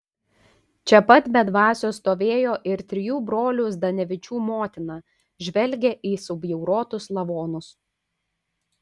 čia pat be dvasios stovėjo ir trijų brolių zdanevičių motina žvelgė į subjaurotus lavonus